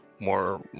more